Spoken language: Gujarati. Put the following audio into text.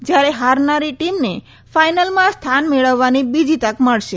જ્યારે હારનારી ટીમને ફાઈનલમાં સ્થાન મેળવવાની બીજી તક મળશે